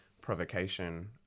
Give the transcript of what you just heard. provocation